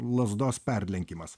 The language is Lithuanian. lazdos perlenkimas